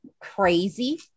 crazy